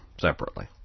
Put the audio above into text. separately